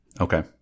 Okay